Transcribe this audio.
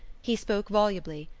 he spoke volubly,